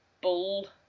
bull